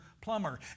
plumber